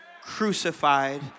crucified